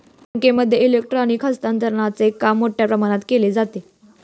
बँकांमध्ये इलेक्ट्रॉनिक हस्तांतरणचे काम मोठ्या प्रमाणात केले जाते